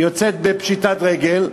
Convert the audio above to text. יוצאת בפשיטת רגל,